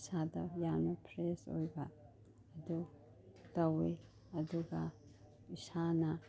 ꯏꯁꯥꯗ ꯌꯥꯝꯅ ꯐ꯭ꯔꯦꯁ ꯑꯣꯏꯕ ꯑꯗꯣ ꯇꯧꯏ ꯑꯗꯨꯒ ꯏꯁꯥꯅ